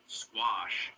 squash